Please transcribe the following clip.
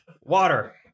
water